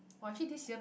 !wah! actually this year